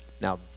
now